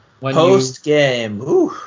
Post-game